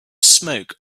smoke